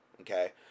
okay